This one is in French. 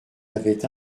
avaient